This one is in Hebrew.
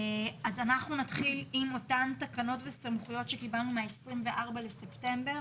אז אנחנו נתחיל עם אותן תקנות וסמכויות שקיבלנו מה-24 בספטמבר,